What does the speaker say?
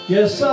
Yes